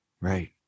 Right